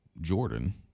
Jordan